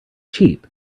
cheap